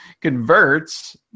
converts